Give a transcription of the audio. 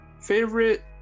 Favorite